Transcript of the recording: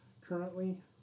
currently